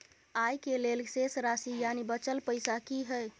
आय के लेल शेष राशि यानि बचल पैसा की हय?